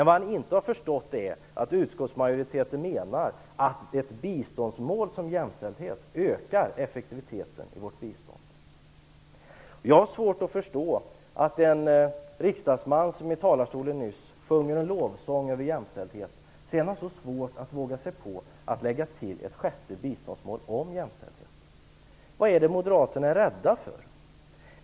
Vad han inte har förstått är att utskottsmajoriteten menar att ett biståndsmål som jämställdhet ökar effektiviteten i vårt bistånd. Jag har svårt att förstå att en riksdagsman som i talarstolen nyss sjöng jämställdhetens lov har så svårt att våga sig på att lägga till ett sjätte biståndsmål om jämställdheten. Vad är det moderaterna är rädda för?